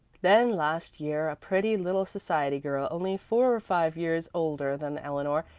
then last year a pretty little society girl, only four or five years older than eleanor,